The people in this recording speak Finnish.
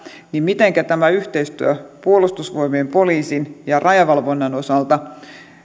mitenkä tämä yhteistyö puolustusvoimien poliisin ja rajavalvonnan osalta toimii